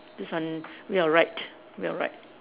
this one you are right you are right